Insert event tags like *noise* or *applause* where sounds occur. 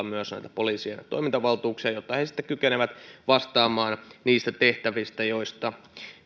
*unintelligible* myös poliisien toimintavaltuuksia jotta he sitten kykenevät vastaamaan niistä tehtävistä joista